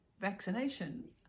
vaccination